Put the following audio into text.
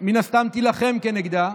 מן הסתם תילחם נגדה,